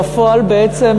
בפועל בעצם